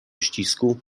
ścisku